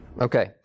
Okay